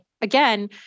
again